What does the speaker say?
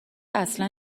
اصلا